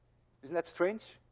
isn't that strange?